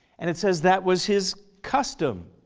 and it says that was his custom.